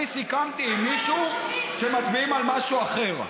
אני סיכמתי עם מישהו שמצביעים על משהו אחר.